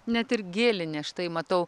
net ir gėlinė štai matau